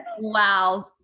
Wow